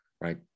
Right